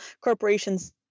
corporations